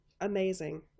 Amazing